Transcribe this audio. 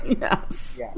Yes